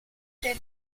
der